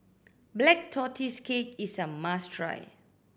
Black Tortoise Cake is a must try